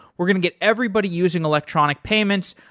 we're going to get everybody using electronic payments,